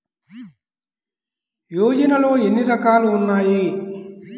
యోజనలో ఏన్ని రకాలు ఉన్నాయి?